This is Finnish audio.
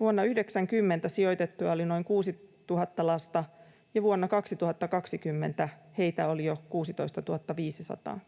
Vuonna 90 sijoitettuna oli noin 6 000 lasta, ja vuonna 2020 heitä oli jo 16 500.